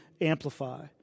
amplify